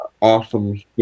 awesome